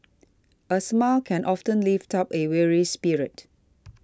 a smile can often lift up a weary spirit